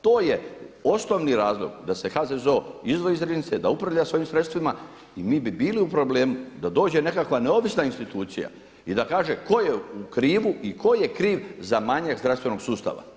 To je osnovni razlog da se HZZO izdvoji iz Riznice, da upravlja svojim sredstvima i mi bi bili u problemu da dođe nekakva neovisna institucija i da kaže tko je u krivu i i tko je kriv za manjak zdravstvenog sustava.